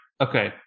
Okay